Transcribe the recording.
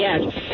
Yes